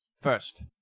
First